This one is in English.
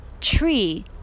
tree